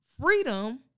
freedom